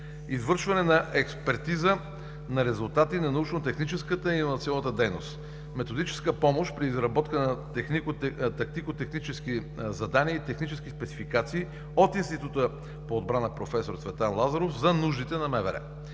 извършване на експертиза на резултати на научно-техническата и иновационната дейност; методическа помощ при изработка на тактико-технически задания и технически спецификации от Института по отбрана „Професор Цветан Лазаров“ за нуждите на